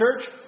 church